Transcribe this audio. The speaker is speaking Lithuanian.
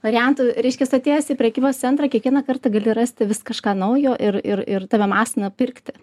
variantų reiškias atėjęs į prekybos centrą kiekvieną kartą gali rasti vis kažką naujo ir ir ir tave masina pirkti